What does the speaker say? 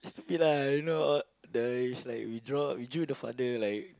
stupid lah you know all the it's like we draw we drew the father like